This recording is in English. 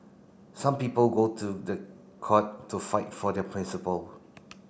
some people go to the court to fight for their principle